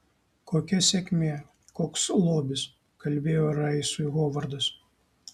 kokia sėkmė koks lobis kalbėjo raisui hovardas